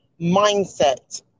mindset